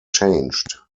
changed